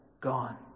gone